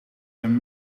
een